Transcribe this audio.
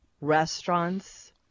restaurants